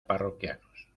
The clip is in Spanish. parroquianos